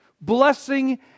blessing